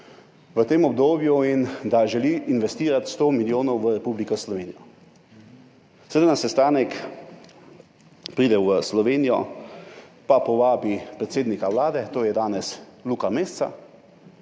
v tem obdobju in želi investirati 100 milijonov v Republiko Slovenijo, seveda pride na sestanek v Slovenijo pa povabi predsednika Vlade, to je danes Luka Mesec,